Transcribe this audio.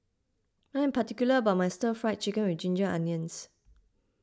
I am particular about my Stir Fried Chicken with Ginger Onions